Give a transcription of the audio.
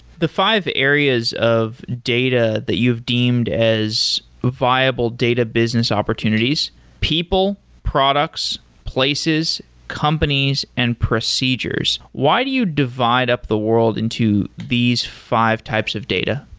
the five areas of data that you've deemed as viable data business opportunities people, products, places, companies and procedures. why do you divide up the world into these five types of data?